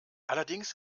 allerdings